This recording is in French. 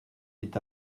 est